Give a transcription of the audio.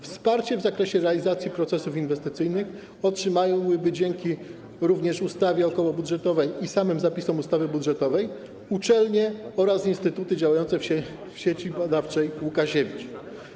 Wsparcie w zakresie realizacji procesów inwestycyjnych otrzymałyby również dzięki ustawie okołobudżetowej i samym zapisom ustawy budżetowej uczelnie oraz instytuty działające w Sieci Badawczej Łukasiewicz.